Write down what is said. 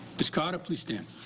ms. carter, please stand.